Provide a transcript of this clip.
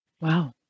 Wow